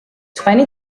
twenty